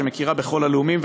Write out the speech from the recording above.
שמכירה בכל הלאומים,